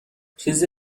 چیز